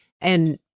And-